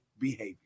behavior